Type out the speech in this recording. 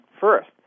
first